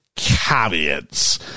caveats